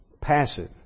passive